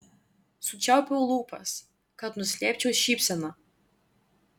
sučiaupiau lūpas kad nuslėpčiau šypseną